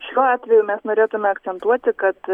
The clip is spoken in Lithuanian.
šiuo atveju mes norėtume akcentuoti kad